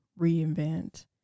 reinvent